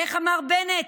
איך אמר בנט?